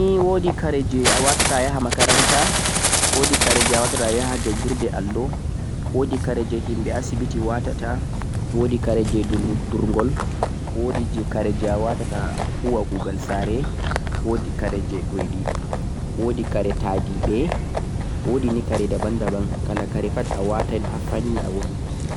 kare nei woodi kareji awatataa a yahaa makaranta, woodi kareji awatataa a yaha jangirde allo, woodi kareji yimbe asibiti watataa, woodi kareji durgol, woodi jee kareji awatataa a huuwa kugal saare, woodi kareji doidi, woodi kare taalibe, woodi nei kare daban-daban kala kare pad awaatan haa fanni a wooden.